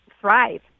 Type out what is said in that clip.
thrive